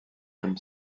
comme